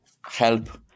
help